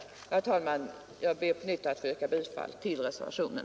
Herr talman! Jag ber att på nytt få yrka bifall till reservationen.